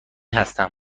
هستم